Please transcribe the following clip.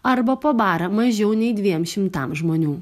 arba po barą mažiau nei dviem šimtam žmonių